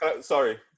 Sorry